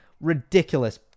Ridiculous